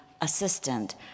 assistant